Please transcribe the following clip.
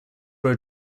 were